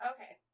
Okay